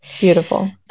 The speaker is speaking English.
Beautiful